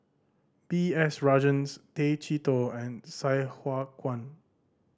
B S Rajhans Tay Chee Toh and Sai Hua Kuan